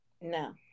No